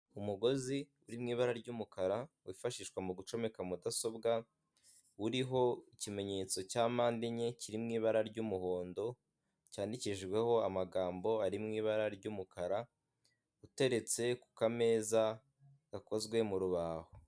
Umugozi uri mu ibara ry'umukara wifashishwa mu gucomeka mudasobwa, uriho ikimenyetso cya mpande enye kiri mu ibara ry'umuhondo, cyandikishijweho amagambo ari mu ibara ry'umukara, uteretse ku kameza gakozwe mu rubaho.